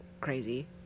Crazy